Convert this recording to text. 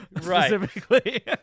specifically